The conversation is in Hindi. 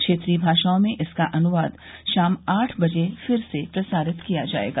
क्षेत्रीय भाषाओं में इसका अनुवाद शाम आठ बजे फिर से प्रसारित किया जायेगा